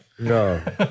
No